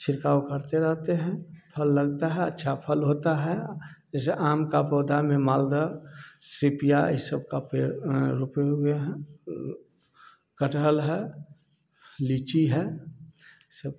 छिड़काव करते रहते हैं फल लगता है अच्छा फल होता है जैसे आम का पौधा में मालदह सीपिया ये सब का पेड़ रोपे हुए हैं कटहल है लीची है सब